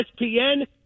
ESPN